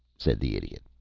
said the idiot.